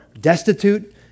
destitute